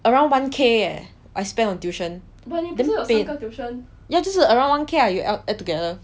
around one K eh I spend on tuition damn pain ya 就是 around one K ah add together